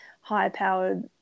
high-powered